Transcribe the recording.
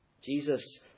Jesus